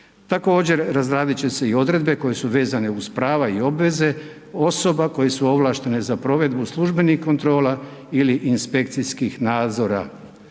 Također, razradit će se i odredbe koje su vezane uz prava i obveze osoba koje su ovlaštene za provedbu službenih kontrola ili inspekcijskih nadzora.